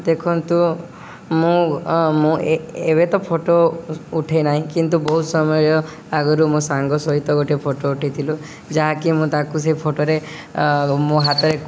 ଦେଖନ୍ତୁ ମୁଁ ମୁଁ ଏବେ ତ ଫଟୋ ଉଠେ ନାହିଁ କିନ୍ତୁ ବହୁତ ସମୟରେ ଆଗରୁ ମୋ ସାଙ୍ଗ ସହିତ ଗୋଟେ ଫଟୋ ଉଠିଥିଲୁ ଯାହାକି ମୁଁ ତାକୁ ସେ ଫଟୋରେ ମୋ ହାତରେ